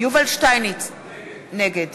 יובל שטייניץ, נגד